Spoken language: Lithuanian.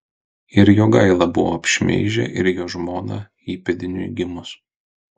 ir jogailą buvo apšmeižę ir jo žmoną įpėdiniui gimus